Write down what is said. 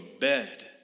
bed